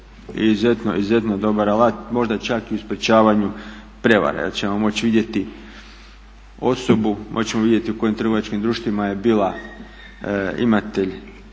izuzetno dobar alat možda čak i u sprečavanju prevara jer ćemo moći vidjeti osobu, moći ćemo vidjeti u kojim trgovačkim društvima je bila imatelj